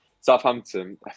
southampton